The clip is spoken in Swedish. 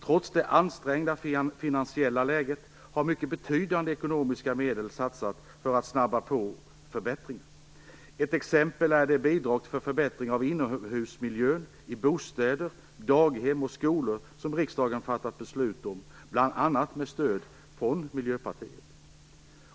Trots det ansträngda finansiella läget har mycket betydande ekonomiska medel satsats för att snabbt nå förbättringar. Ett exempel är det bidrag för förbättring av inomhusmiljön i bostäder, daghem och skolor som riksdagen fattat beslut om bl.a. med stöd från Miljöpartiet.